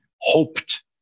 hoped